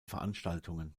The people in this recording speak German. veranstaltungen